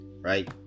Right